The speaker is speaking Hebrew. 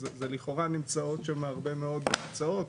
אז זה לכאורה נמצאות שם הרבה מאוד תוצאות,